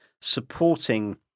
supporting